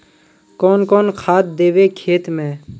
कौन कौन खाद देवे खेत में?